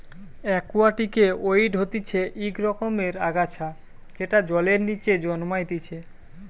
একুয়াটিকে ওয়িড হতিছে ইক রকমের আগাছা যেটা জলের নিচে জন্মাইতিছে